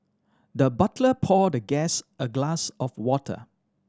the butler poured the guest a glass of water